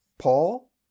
Paul